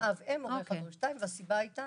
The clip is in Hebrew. הורה 2. במקום